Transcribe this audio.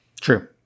True